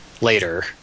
later